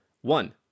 One